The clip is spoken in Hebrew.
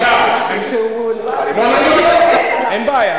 אני רק אעיר הערת ביניים, כבוד היושב-ראש, בבקשה.